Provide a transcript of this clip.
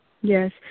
Yes